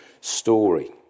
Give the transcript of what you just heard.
story